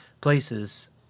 places